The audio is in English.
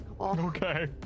Okay